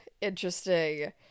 interesting